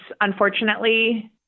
unfortunately